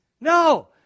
No